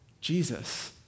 Jesus